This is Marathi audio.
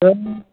पण